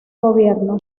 gobierno